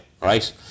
right